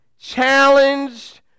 challenged